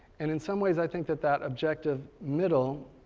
and in some ways i think that that objective middle